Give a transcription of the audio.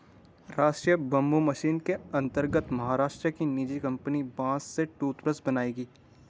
राष्ट्रीय bamboo mission के अंतर्गत महाराष्ट्र की निजी कंपनी बांस से टूथब्रश बनाएगी